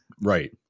Right